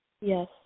Yes